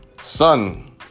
Son